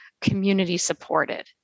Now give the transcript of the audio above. community-supported